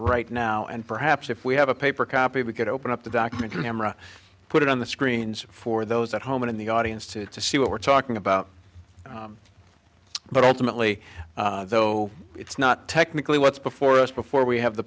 right now and perhaps if we have a paper copy we could open up the documentary camera put it on the screens for those at home in the audience to see what we're talking about but ultimately though it's not technically what's before us before we have the